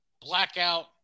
blackout